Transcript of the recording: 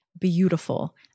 beautiful